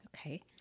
Okay